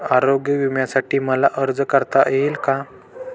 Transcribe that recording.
आरोग्य विम्यासाठी मला अर्ज करता येईल का?